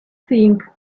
think